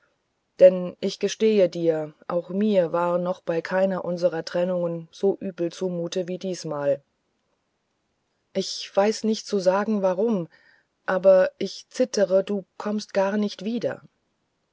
denn ich gestehe dir auch mir war noch bei keiner unserer trennungen so übel zumute wie diesmal ich weiß nicht zu sagen warum aber ich zittere du kommst gar nicht wieder